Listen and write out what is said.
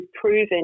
proven